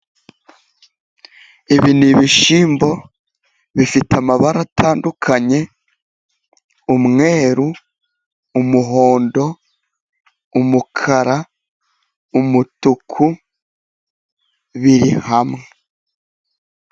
Ibi ni ibishyimbo bifite amabara atandukanye, umweru, umuhondo, umukara, umutuku biri hamwe.